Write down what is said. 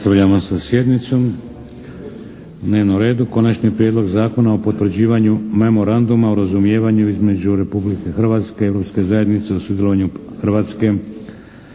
nastavljamo sa sjednicom.